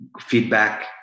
feedback